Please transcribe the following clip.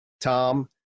Tom